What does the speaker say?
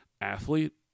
athlete